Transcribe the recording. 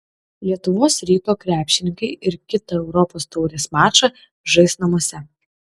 lietuvos ryto krepšininkai ir kitą europos taurės mačą žais namuose